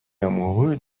amoureux